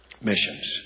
missions